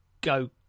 go